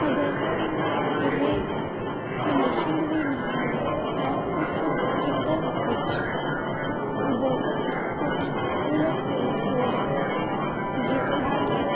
ਅਗਰ ਇਹ ਫਿਨਿਸ਼ਿੰਗ ਵੀ ਨਾ ਹੋਏ ਤਾਂ ਉਸ ਚਿੱਤਰ ਵਿੱਚ ਬਹੁਤ ਕੁਛ ਉਲਟ ਪੁਲਟ ਹੋ ਜਾਂਦਾ ਹੈ ਜਿਸ ਕਰਕੇ